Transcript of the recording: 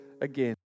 again